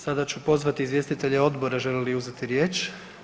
Sada ću pozvati izvjestitelja odbora želi li uzeti riječ?